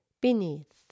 beneath